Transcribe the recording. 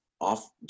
off